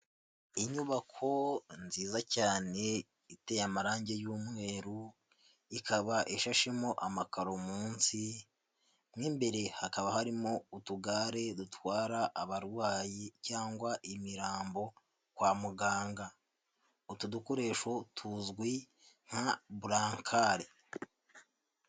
Inyubako nziza cyane iteye amarangi y'umweru, ikaba ishashemo amakaro munsi, mo imbere hakaba harimo utugare dutwara abarwayi cyangwa imirambo kwa muganga, utu dukoresho tuzwi nka burankari.